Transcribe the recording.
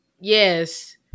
Yes